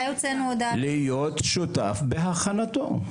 להיות שותף בהכנתו.